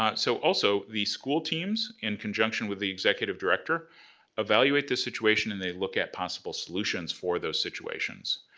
um so also, the school teams in conjunction with the executive director evaluate the situation and they look at possible solutions for those situations.